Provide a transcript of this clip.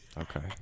Okay